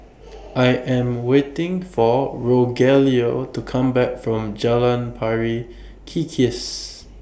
I Am waiting For Rogelio to Come Back from Jalan Pari Kikis